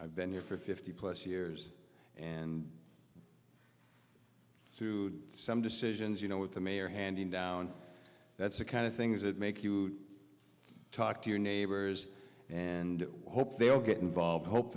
i've been here for fifty plus years and to some decisions you know with the mayor handing down that's the kind of things that make you talk to your neighbors and hope they'll get involved hope